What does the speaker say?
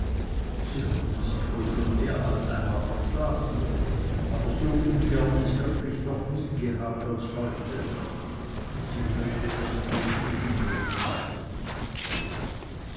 sie hatten sich wohl schon mehr als einmal verschlafen aber so ungern es wirklich doch nie gehabt als heute wie die leute das auslegen würden dachten sie